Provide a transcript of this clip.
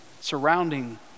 surrounding